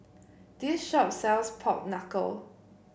this shop sells Pork Knuckle